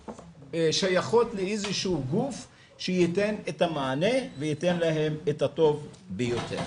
ושייכות לאיזשהו גוף שייתן את המענה וייתן להם את הטוב ביותר.